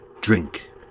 Drink